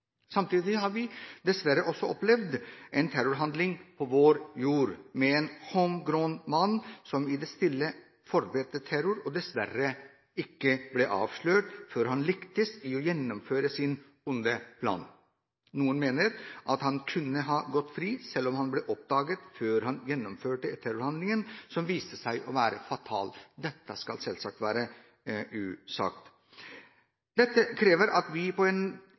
Samtidig har vi dessverre også opplevd en terrorhandling på vår jord begått av en «homegrown» mann som i det stille forberedte terror, og dessverre ikke ble avslørt før han lyktes i å gjennomføre sin onde plan. Noen mener at han kunne ha gått fri selv om han ble oppdaget før han gjennomførte terrorhandlingen, som viste seg å være fatal. Dette skal selvsagt være usagt. Dette krever at vi